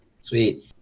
Sweet